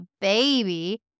baby